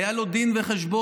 היה לו דין וחשבון,